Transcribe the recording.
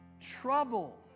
trouble